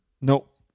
Nope